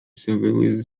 zawyły